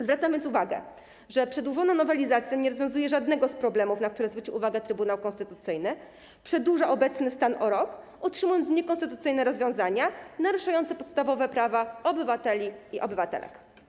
Zwracam więc uwagę, że przedłużona nowelizacja nie rozwiązuje żadnego z problemów, na które zwrócił uwagę Trybunał Konstytucyjny, przedłuża obecny stan o rok, utrzymując niekonstytucyjne rozwiązania naruszające podstawowe prawa obywateli i obywatelek.